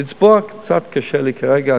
לצבוע קצת קשה לי כרגע,